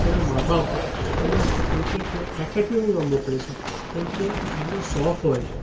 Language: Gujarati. એના માં બાપ એને ક્રિકેટની એકેડમીમાં મોકલે છે કેમ કે એમનો શોખ હોય છે